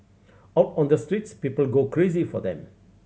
out on the streets people go crazy for them